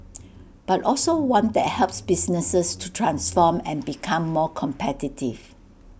but also one that helps businesses to transform and become more competitive